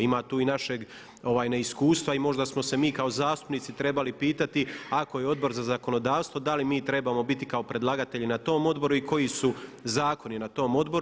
Imat u i našeg neiskustva i možda smo se mi kao zastupnici trebali pitati ako je Odbor za zakonodavstvo da li mi trebamo biti kao predlagatelji na tom odboru i koji su zakoni na tom odboru.